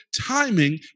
timing